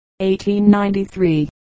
1893